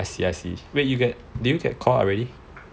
I see I see wait did you get called up already